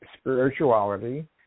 spirituality